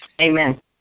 Amen